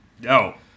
No